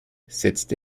setzte